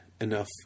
enough